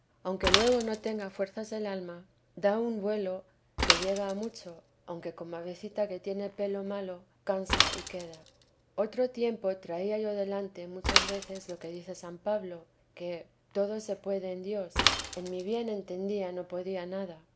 aunque luego no tenga fuerzas el alma da un teresa de jesús vuelo y llega a mucho aunque como avecita que tiene pelo malo cansa y queda otro tiempo traía yo delante muchas veces lo que dice san pablo que todo se puede en dios en mí bien entendía no podía nada